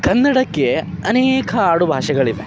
ಕನ್ನಡಕ್ಕೆ ಅನೇಕ ಆಡುಭಾಷೆಗಳಿವೆ